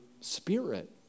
spirit